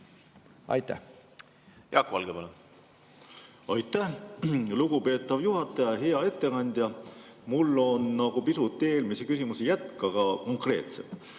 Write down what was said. palun! Jaak Valge, palun! Aitäh, lugupeetav juhataja! Hea ettekandja! Mul on nagu pisut eelmise küsimuse jätk, aga konkreetsem.